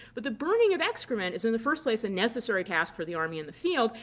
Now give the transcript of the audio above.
but the burning of excrement is, in the first place, a necessary task for the army in the field.